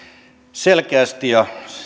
selkeästi ja